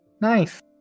nice